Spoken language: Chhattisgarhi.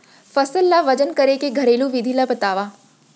फसल ला वजन करे के घरेलू विधि ला बतावव?